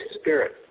Spirit